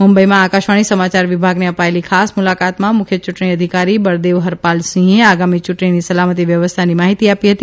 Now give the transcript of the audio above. મુંબઇમાં આકાશવાણી સમાચાર વિભાગને આપેલી ખાસ મુલાકાતમાં મુખ્ય ચૂંટણી અધિકારી બળદેવ હરપાલસિંહે આગામી યૂંટણીની સલામતિ વ્યવસ્થાની માફીતી આપી હતી